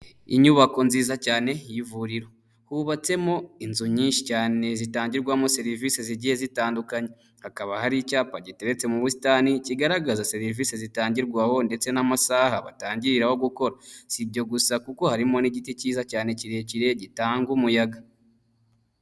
Inyubako nziza cyane y'ivuriro; hubatsemo inzu nyinshi cyane zitangirwamo serivisi zigiye zitandukanye, hakaba hari icyapa giteretse mu busitani kigaragaza serivisi zitangirwaho ndetse n'amasaha batangiriraho gukora. Si ibyo gusa kuko harimo n'igiti kiza cyane kirekire gitanga umuyaga.